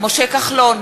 משה כחלון,